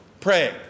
praying